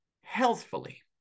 healthfully